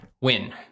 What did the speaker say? win